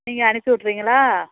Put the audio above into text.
நீங்கள் அனுப்பி விட்றீங்களா